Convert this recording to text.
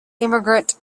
immigrant